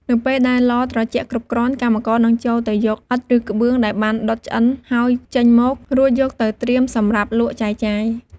នៅពេលដែលឡត្រជាក់គ្រប់គ្រាន់ កម្មករនឹងចូលទៅយកឥដ្ឋ ឬក្បឿងដែលបានដុតឆ្អិនហើយចេញមក រួចយកទៅត្រៀមសម្រាប់លក់ចែកចាយ។